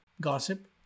gossip